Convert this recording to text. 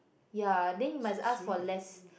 ya then you must ask for less